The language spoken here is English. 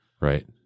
right